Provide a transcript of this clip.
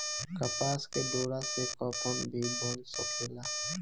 कपास के डोरा से कफन भी बन सकेला